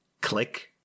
Click